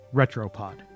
Retropod